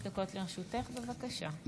חמש דקות לרשותך, בבקשה.